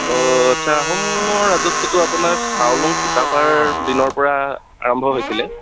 অঁ আচ্ছা আহোমৰ ৰাজত্বটো আপোনাৰ চাউলুং চুকাফাৰ দিনৰ পৰা আৰম্ভ হৈছিলে